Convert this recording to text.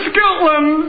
Scotland